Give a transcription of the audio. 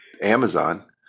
Amazon